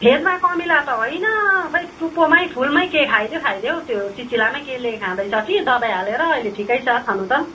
फेदमा कमिला त हैन खै टुप्पोमै फुलमै के खाइदियो खाइदियौँ त्यो चिचिलामै केसले खाँदैछ कि दबाई हालेर अहिले ठिकै छ छनु त